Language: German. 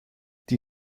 die